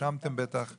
רשמתם בטח.